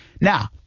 Now